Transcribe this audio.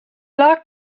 locked